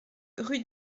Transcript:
rue